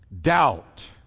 Doubt